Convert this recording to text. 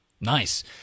Nice